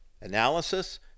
Analysis